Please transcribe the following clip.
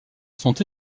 sont